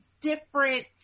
different